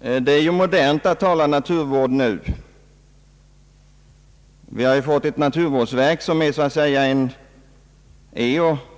Det är modernt att tala naturvård nu. Vi har fått ett naturvårdsverk som